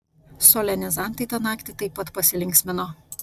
solenizantai tą naktį taip pat pasilinksmino